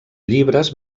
llibres